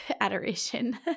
Adoration